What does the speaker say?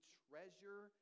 treasure